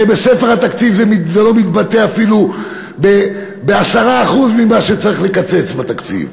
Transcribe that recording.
הרי בספר התקציב זה לא מתבטא אפילו ב-10% ממה שצריך לקצץ בתקציב,